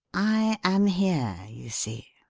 i am here, you see,